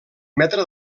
metre